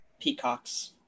peacocks